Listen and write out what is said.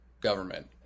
government